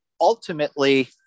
ultimately